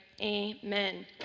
amen